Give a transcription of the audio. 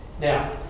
Now